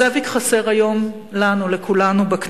זאביק חסר היום לנו, לכולנו, בכנסת.